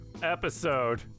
Episode